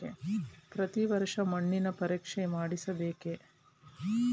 ಪ್ರತಿ ವರ್ಷ ಮಣ್ಣಿನ ಪರೀಕ್ಷೆ ಮಾಡಿಸಬೇಕೇ?